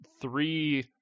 three